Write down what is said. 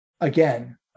again